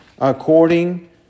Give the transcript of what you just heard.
according